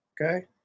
Okay